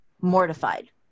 mortified